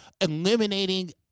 eliminating